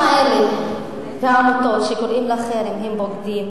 אם האזרחים האלה והעמותות שקוראים לחרם הם בוגדים,